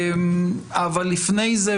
אבל לפני זה,